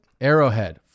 Arrowhead